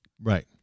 right